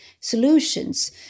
solutions